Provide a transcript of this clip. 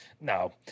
No